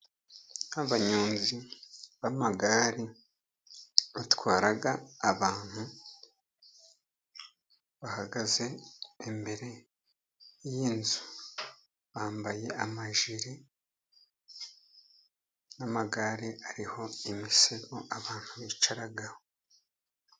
Nk'abanyonzi bamagare batwara abantu bahagaze imbere y'inzu. Bambaye amajiri, n'amagare ariho imisego, abantu bicaraho.